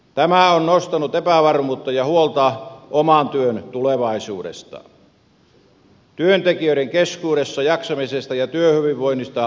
tämä on nostanut epävarmuutta ja huolta oman työn tulevaisuudesta työntekijöiden keskuudessa jaksamisesta ja työhyvinvoinnista puhumattakaan